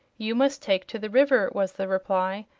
you must take to the river, was the reply.